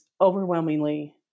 overwhelmingly